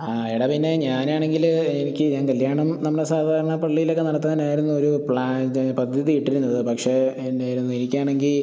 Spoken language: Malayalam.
ആ എടാ പിന്നെ ഞാനാണെങ്കില് എനിക്ക് ഞാൻ കല്ല്യാണം നമ്മളുടെ സാധാരണ പള്ളിയിലൊക്കെ നടത്താനായിരുന്നു ഒരു പ്ലാൻ ഇത് പദ്ധതി ഇട്ടിരുന്നത് പക്ഷെ എന്നായിരുന്നു എനിക്കാണെങ്കിൽ